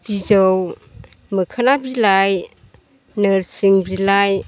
बिजौ मोखोना बिलाइ नोरसिं बिलाइ